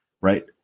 Right